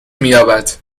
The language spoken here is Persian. مییابد